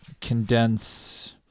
condense